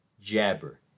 jabber